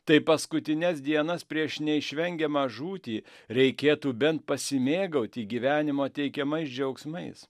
tai paskutines dienas prieš neišvengiamą žūtį reikėtų bent pasimėgauti gyvenimo teikiamais džiaugsmais